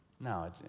No